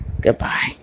Goodbye